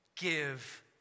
Give